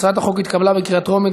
הצעת החוק התקבלה בקריאה טרומית,